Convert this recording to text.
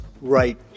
right